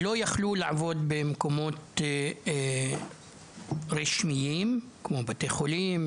לא יכלו לעבוד במקומות רשמיים כמו בתי חולים,